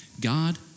God